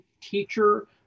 teacher